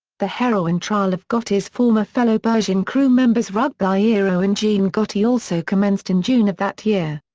the heroin trial of gotti's former fellow bergin crewmembers ruggiero and gene gotti also commenced in june of that year.